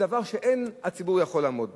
זה דבר שהציבור לא יכול לעמוד בו.